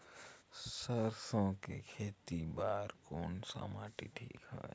सरसो के खेती बार कोन सा माटी ठीक हवे?